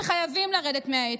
שחייבים לרדת מהעץ.